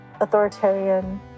authoritarian